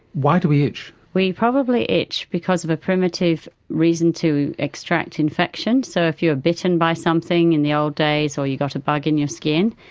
why do we itch? we probably itch because of a primitive reason to extract infection. so if you are ah bitten by something in the old days or you got a bug in your skin,